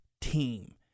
team